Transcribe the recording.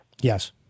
Yes